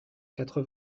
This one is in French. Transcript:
quatre